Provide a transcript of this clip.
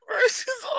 Versus